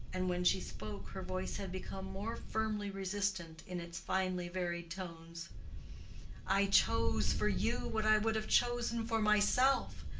and when she spoke her voice had become more firmly resistant in its finely varied tones i chose for you what i would have chosen for myself.